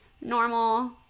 normal